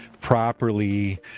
properly